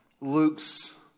Luke's